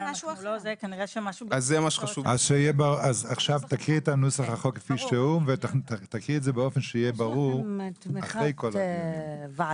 תקראי את נוסח החוק כפי שהוא באופן שיהיה ברור כדי